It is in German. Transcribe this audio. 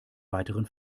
weiteren